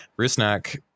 Rusnak